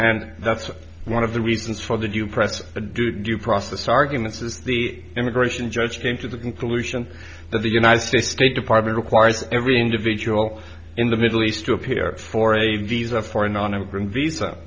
that's one of the reasons for the do perhaps due process arguments is the immigration judge came to the conclusion that the united states state department required every individual in the middle east to appear for a visa for a nonimmigrant visa